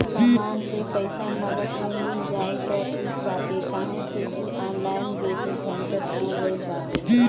समान के पईसा नगद में मिल जाई त ठीक बाटे काहे से की ऑनलाइन बेसी झंझट हो गईल बाटे